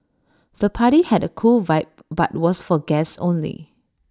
the party had A cool vibe but was for guests only